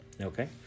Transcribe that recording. Okay